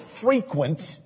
frequent